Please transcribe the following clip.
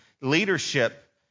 leadership